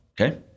Okay